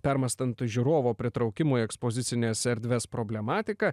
permąstant žiūrovo pritraukimo į ekspozicines erdves problematiką